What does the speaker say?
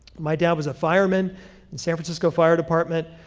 my dad was a fireman in the san francisco fire department.